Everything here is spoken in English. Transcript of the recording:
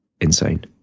insane